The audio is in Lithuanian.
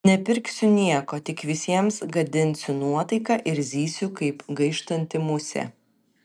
nepirksiu nieko tik visiems gadinsiu nuotaiką ir zysiu kaip gaištanti musė